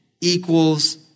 equals